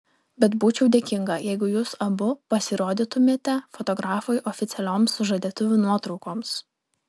bet būčiau dėkinga jeigu jūs abu pasirodytumėte fotografui oficialioms sužadėtuvių nuotraukoms